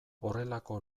horrelako